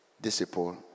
disciple